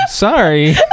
Sorry